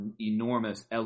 enormous